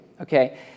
okay